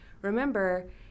remember